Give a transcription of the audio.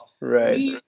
right